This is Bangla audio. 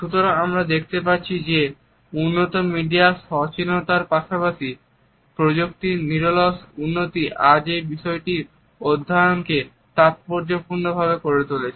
সুতরাং আমরা দেখতে পাচ্ছি যে উন্নত মিডিয়া সচেতনতার পাশাপাশি প্রযুক্তির নিরলস উন্নতি আজ এই বিষয়টির অধ্যায়নকে তাৎপর্যপূর্ণ করে তুলেছে